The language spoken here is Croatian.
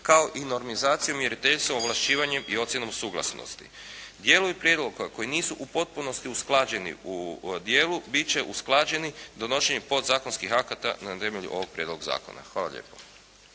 kao i normizacijom, mjeriteljstvom, ovlašćivanjem i ocjenom suglasnosti. Dijelovi prijedloga koji nisu u potpunosti usklađeni u dijelu bit će usklađeni donošenjem podzakonskih akata na temelju ovog prijedloga zakona. Hvala lijepo.